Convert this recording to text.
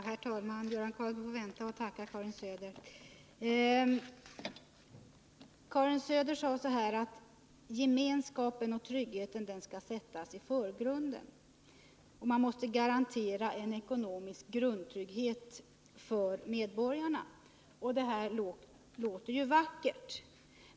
Herr talman! Karin Söder sade att gemenskapen och tryggheten skall sättas i förgrunden och att man måste garantera en ekonomisk grundtrygghet för medborgarna. Och detta låter ju vackert.